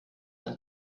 ein